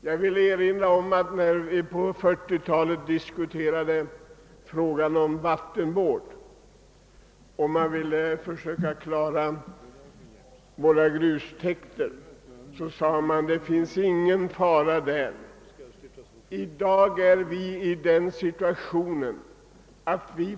När vi på 1940-talet diskuterade frågan om vattenvård och när jag ville försöka bevara våra grustäkter sades att det inte förelåg någon risk på dessa områden.